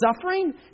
suffering